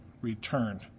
returned